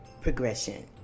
progression